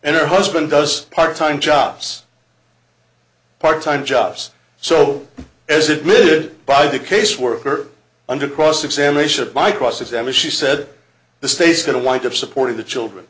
and her husband does part time jobs part time jobs so as admitted by the caseworker under cross examination by cross examine she said the state's going to wind up supporting the children